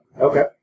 Okay